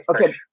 okay